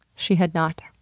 she had not.